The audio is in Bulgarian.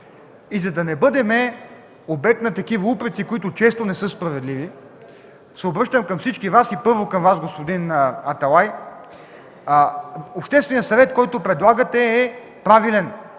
За да не бъдем обект на такива упреци, които често не са справедливи, се обръщам към всички и първо към Вас, господин Аталай, общественият съвет, който предлагате, е правилен.